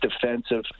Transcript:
defensive